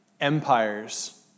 empires